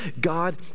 God